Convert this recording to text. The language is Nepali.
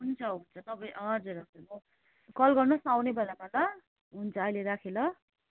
हुन्छ हुन्छ तपाईँ हजुर हजुर कल गर्नु होस् न आउने बेलामा ल हुन्छ अहिले राखेँ ल